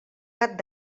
gat